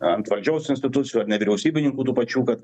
ant valdžios institucijų ar nevyriausybininkų tų pačių kad